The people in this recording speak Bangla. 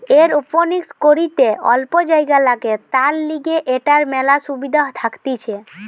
এরওপনিক্স করিতে অল্প জাগা লাগে, তার লিগে এটার মেলা সুবিধা থাকতিছে